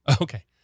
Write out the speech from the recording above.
Okay